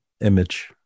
image